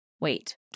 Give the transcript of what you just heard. wait